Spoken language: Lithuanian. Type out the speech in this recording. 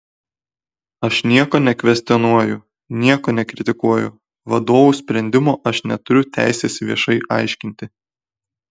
aš nieko nekvestionuoju nieko nekritikuoju vadovų sprendimo aš neturiu teisės viešai aiškinti